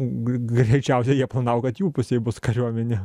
g g greičiausiai jie planavo kad jų pusėj bus kariuomenė